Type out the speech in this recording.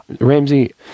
Ramsey